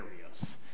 areas